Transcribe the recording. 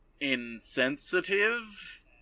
insensitive